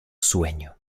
sueño